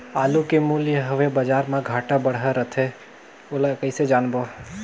आलू के मूल्य हवे बजार मा घाट बढ़ा रथे ओला कइसे जानबो?